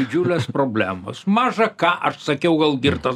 didžiulės problemos maža ką aš sakiau gal girtas